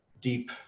deep